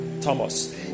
Thomas